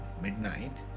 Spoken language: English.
midnight